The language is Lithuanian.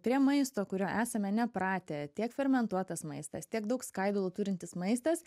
prie maisto kurio esame nepratę tiek fermentuotas maistas tiek daug skaidulų turintis maistas